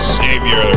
savior